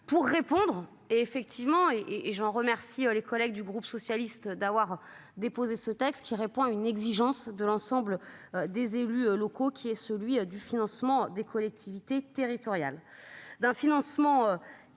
pour répondre et effectivement et et j'en remercie les collègues du groupe socialiste d'avoir déposé ce texte qui répond à une exigence de l'ensemble des élus locaux qui est celui du financement des collectivités territoriales